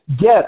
Get